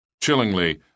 Chillingly